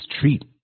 treat